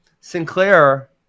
Sinclair